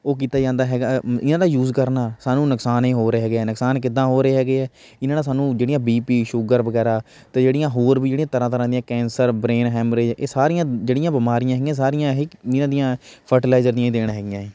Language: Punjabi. ਉਹ ਕੀਤਾ ਜਾਂਦਾ ਹੈਗਾ ਇਹਨਾਂ ਦਾ ਯੂਜ਼ ਕਰਨਾ ਸਾਨੂੰ ਨੁਕਸਾਨ ਏ ਹੋ ਰਹੇ ਹੈਗੇ ਹੈ ਨੁਕਸਾਨ ਕਿੱਦਾਂ ਹੋ ਰਹੇ ਹੈਗੇ ਹੈ ਇਹਨਾਂ ਨਾਲ ਸਾਨੂੰ ਜਿਹੜੀਆਂ ਬੀ ਪੀ ਸ਼ੂਗਰ ਵਗੈਰਾ ਅਤੇ ਜਿਹੜੀਆਂ ਹੋਰ ਵੀ ਜਿਹੜੀਆਂ ਤਰ੍ਹਾਂ ਤਰ੍ਹਾਂ ਦੀਆਂ ਕੈਂਸਰ ਬ੍ਰੇਨ ਹੈਮਰੇਜ ਇਹ ਸਾਰੀਆਂ ਜਿਹੜੀਆਂ ਬਿਮਾਰੀਆਂ ਹੈਗੀਆਂ ਸਾਰੀਆਂ ਇਹ ਇਨ੍ਹਾ ਦੀਆਂ ਫਰਟੀਲਾਈਜਰ ਦੀਆਂ ਦੇਣ ਹੈਗੀਆਂ ਹੈ